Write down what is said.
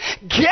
get